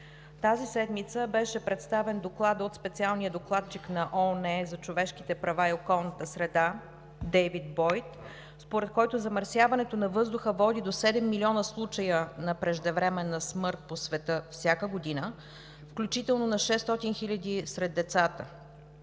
Тази седмица беше представен Докладът от специалния докладчик на ООН за човешките права и околната среда Дейвид Бойд, според който замърсяването на въздуха води до 7 милиона случая на преждевременна смърт по света всяка година, включително на 600 хиляди сред децата.